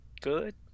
good